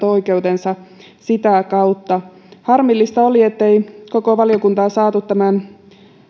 oikeutensa sitä kautta harmillista oli ettei koko valiokuntaa saatu tämän